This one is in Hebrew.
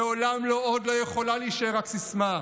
"לעולם לא עוד" לא יכולה להישאר רק סיסמה.